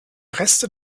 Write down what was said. reste